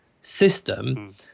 system